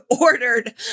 ordered